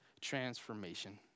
transformation